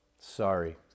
Sorry